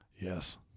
Yes